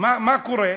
מה קורה?